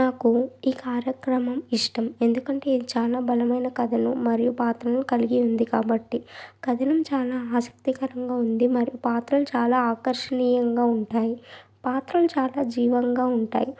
నాకు ఈ కార్యక్రమం ఇష్టం ఎందుకంటే ఇది చాలా బలమైన కథను మరియు పాత్రను కలిగి ఉంది కాబట్టి కథనం చాలా ఆసక్తి కరంగా ఉంది మరియు పాత్రలు చాలా ఆకర్షణీయంగా ఉంటాయి పాత్రలు చాలా జీవంగా ఉంటాయి